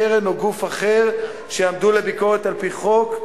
קרן או גוף אחר שיעמדו לביקורת על-פי חוק,